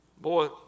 Boy